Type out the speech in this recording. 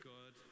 God